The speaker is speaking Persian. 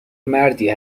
مردی